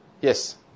Yes